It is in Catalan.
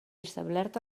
establerta